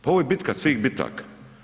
Pa ovo je bitka svih bitaka.